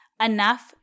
enough